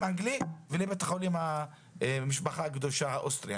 האנגלי ולבית חולים המשפחה הקדושה האוסטרי,